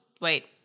Wait